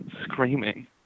screaming